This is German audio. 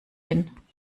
hin